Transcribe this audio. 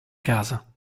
casa